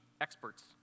experts